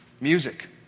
music